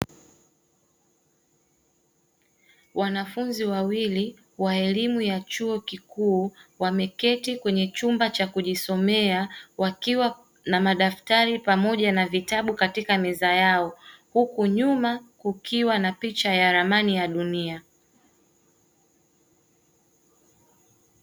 Wanafunzi wawili wa elimu ya chuo kikuu wameketi kwenye chumba cha kujisomea wakiwa na madaftari, pamoja na vitabu katika meza, yao huku nyuma kukiwa na picha ya ramani ya dunia.